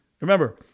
Remember